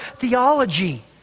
theology